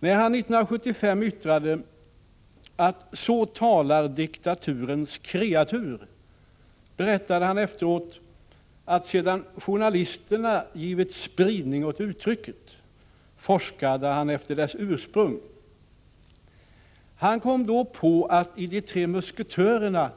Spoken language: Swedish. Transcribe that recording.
När han 1975 yttrade ”att så talar diktaturens kreatur” berättade han efteråt, att sedan journalisterna givit spridning åt uttrycket, forskade han efter dess ursprung. Han kom då på att det i De tre musketörerna